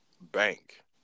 bank